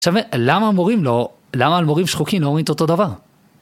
עכשיו למה המורים לא... למה מורים שחוקים לא אומרים את אותו דבר?